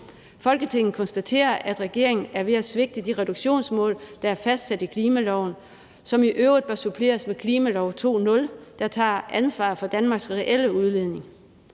Folketinget konstaterer, at regeringen er ved at svigte de reduktionsmål, der er fastlagt i klimaloven, som i øvrigt bør suppleres med en klimalov 2.0, der tager ansvar for Danmarks reelle udledninger.